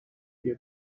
بیا